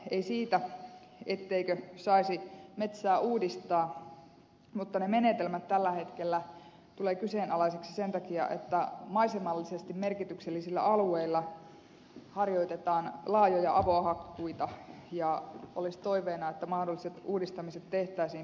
ei siitä etteikö saisi metsää uudistaa mutta ne menetelmät tällä hetkellä tulevat kyseenalaisiksi sen takia että maisemallisesti merkityksellisillä alueilla harjoitetaan laajoja avohakkuita ja olisi toiveena että mahdolliset uudistamiset tehtäisiin poimintahakkuumenetelmillä